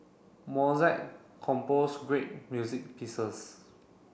Mozart compose great music pieces